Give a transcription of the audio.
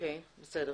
בסדר.